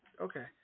Okay